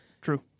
true